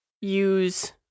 use